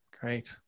great